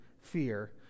fear